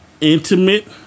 Intimate